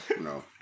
no